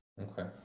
Okay